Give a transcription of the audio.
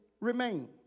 remain